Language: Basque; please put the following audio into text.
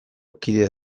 kide